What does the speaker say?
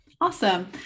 Awesome